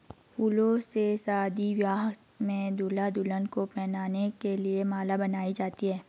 फूलों से शादी ब्याह में दूल्हा दुल्हन को पहनाने के लिए माला बनाई जाती है